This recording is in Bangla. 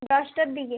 দশটার দিকে